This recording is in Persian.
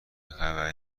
خبری